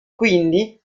quindi